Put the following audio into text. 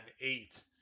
eight